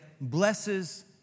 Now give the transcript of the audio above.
blesses